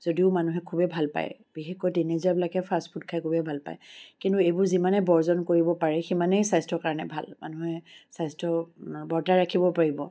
যদিও মানুহে খুবেই ভাল পায় বিশেষকৈ টিনেজাৰবিলাকে ফাষ্ট ফুড খাই খুবেই ভাল পায় কিন্তু এইবোৰ যিমানেই বৰ্জন কৰিব পাৰি সিমানেই স্বাস্থ্যৰ কাৰণে ভাল মানুহে স্বাস্থ্য বৰ্তাই ৰাখিব পাৰিব